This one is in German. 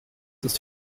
ist